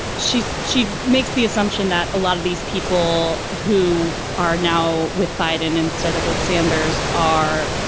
she's. she makes the assumption that a lot of these people who are now with biden instead of with sanders are,